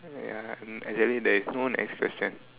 ya and actually there is no next question